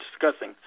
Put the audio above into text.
discussing